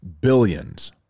billions